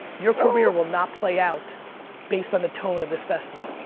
your career will not play out based on the tone of this festival.